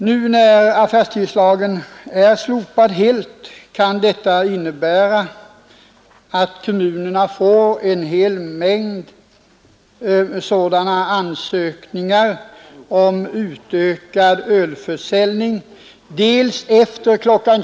Nu när affärstidslagen helt skall slopas, kan kommunerna få en hel mängd ansökningar om utökad ölförsäljning, dels efter kl.